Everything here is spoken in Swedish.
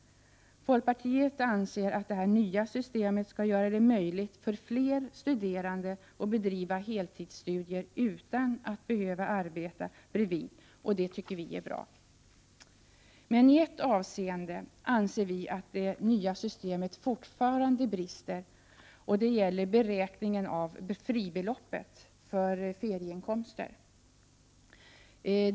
Folkpartiet anser att detta nya system skall göra det möjligt för fler studerande att bedriva heltidsstudier utan att behöva arbeta bredvid, och det tycker vi är bra. I ett avseende anser vi dock att det nya systemet fortfarande brister. Det gäller beräkningen av fribeloppet för ferieinkomster.